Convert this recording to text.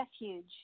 refuge